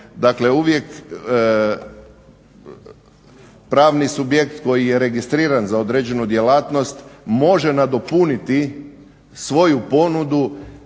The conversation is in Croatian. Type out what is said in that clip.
dakle uvijek pravni subjekt koji je registriran za određenu djelatnost može nadopuniti svoju ponudu